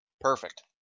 Perfect